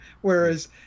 whereas